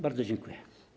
Bardzo dziękuję.